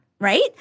right